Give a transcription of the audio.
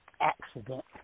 accident